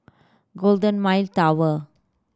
Golden Mile Tower